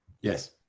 Yes